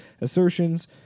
assertions